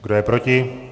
Kdo je proti?